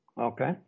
okay